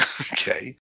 okay